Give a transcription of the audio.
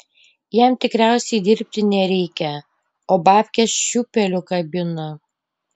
jam tikriausiai dirbti nereikia o babkes šiūpeliu kabina